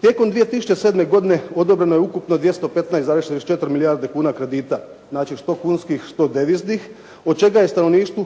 Tijekom 2007. godine odobreno je ukupno 215,64 milijarde kuna kredita. Znači što kunskih što deviznih od čega je stanovništvu